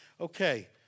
Okay